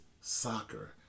soccer